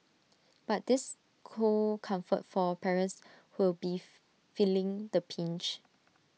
but this cold comfort for parents who'll beef feeling the pinch